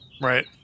Right